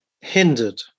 hindered